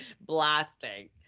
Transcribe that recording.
blasting